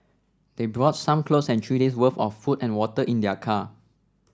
they brought some clothes and three days worth of food and water in their car